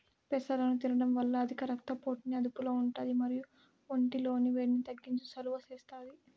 పెసలను తినడం వల్ల అధిక రక్త పోటుని అదుపులో ఉంటాది మరియు ఒంటి లోని వేడిని తగ్గించి సలువ చేస్తాది